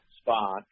spot